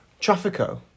Traffico